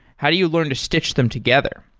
how do you learn to stitch them together?